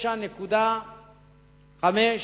29.5,